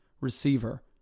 receiver